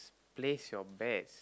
place your bets